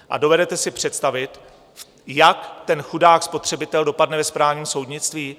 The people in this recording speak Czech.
A dovedete si představit, jak chudák spotřebitel dopadne ve správním soudnictví?